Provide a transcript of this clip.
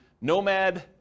Nomad